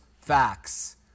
facts